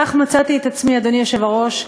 כך מצאתי את עצמי, אדוני היושב-ראש,